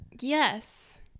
Yes